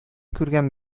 күргән